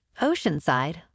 Oceanside